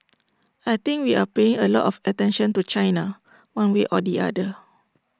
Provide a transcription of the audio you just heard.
I think we are paying A lot of attention to China one way or the other